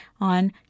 on